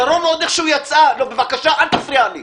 שרון עוד איך שהוא יצאה לא, בבקשה, אל תפריע לי.